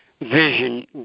vision